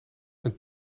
een